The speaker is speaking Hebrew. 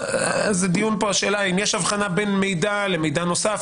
על השאלה אם יש הבחנה בין מידע למידע נוסף.